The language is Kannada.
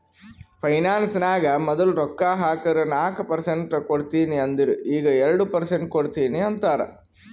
ಫೈನಾನ್ಸ್ ನಾಗ್ ಮದುಲ್ ರೊಕ್ಕಾ ಹಾಕುರ್ ನಾಕ್ ಪರ್ಸೆಂಟ್ ಕೊಡ್ತೀನಿ ಅಂದಿರು ಈಗ್ ಎರಡು ಪರ್ಸೆಂಟ್ ಕೊಡ್ತೀನಿ ಅಂತಾರ್